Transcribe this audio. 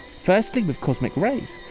firstly with cosmic rays,